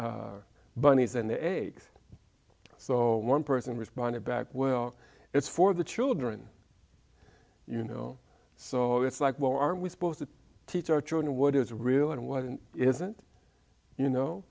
bunnies and the eggs so one person responded back well it's for the children you know so it's like well are we supposed to teach our children what is real and what isn't you know